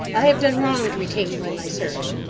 i have done wrong to retain you in my service.